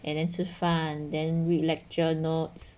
and then 吃饭 and then read lecture notes